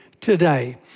Today